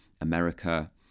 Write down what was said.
America